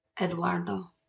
Eduardo